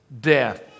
death